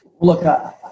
Look